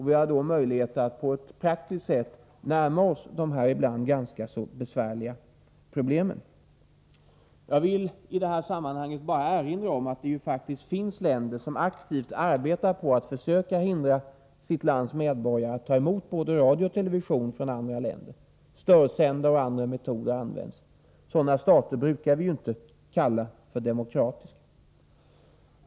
Vi har då möjlighet att på ett praktiskt sätt närma oss dessa ibland ganska besvärliga problem. Jag villi detta sammanhang bara erinra om att det faktiskt finns länder som aktivt arbetar på att försöka hindra sitt lands medborgare att ta emot både radiooch televisionssändningar från andra länder. Störningssändare och andra metoder används. Sådana stater brukar vi ju inte kalla för demokratiska.